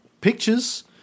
pictures